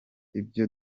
ibyo